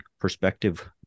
perspective